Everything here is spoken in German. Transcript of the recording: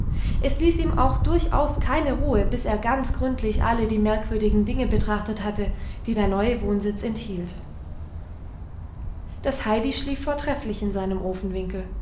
es ließ ihm auch durchaus keine ruhe bis er ganz gründlich alle die merkwürdigen dinge betrachtet hatte die der neue wohnsitz enthielt das heidi schlief vortrefflich in seinem